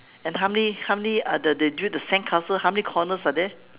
and how many how many uh the they do the sandcastle how many corners are there